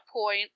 point